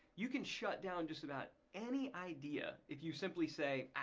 you can shut down just about any idea if you simply say, ah,